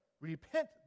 Repent